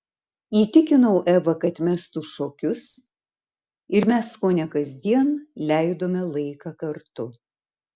įtikinau evą kad mestų šokius ir mes kone kasdien leidome laiką kartu